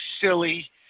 silly